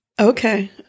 Okay